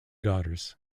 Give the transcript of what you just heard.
daughters